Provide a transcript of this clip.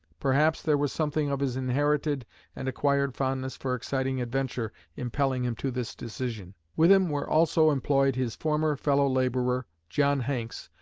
perhaps there was something of his inherited and acquired fondness for exciting adventure impelling him to this decision. with him were also employed his former fellow-laborer, john hanks,